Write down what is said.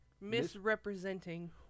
Misrepresenting